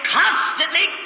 constantly